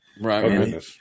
Right